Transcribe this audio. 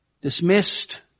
dismissed